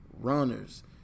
runners